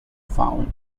found